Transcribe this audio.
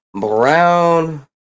brown